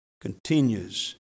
continues